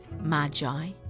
Magi